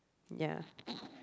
ya